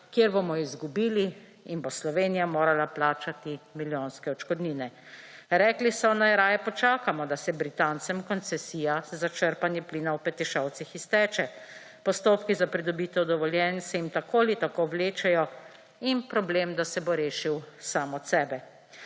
kjer bomo izgubili in bo Slovenija morala plačati milijonske odškodnine. Rekli so naj raje počakamo, da se Britancem koncesija za črpanje plina v Petišovcih izteče. Postopki za pridobitev dovoljenj se jim tako ali tako vlečejo in problem, da se bo rešil sam od sebe.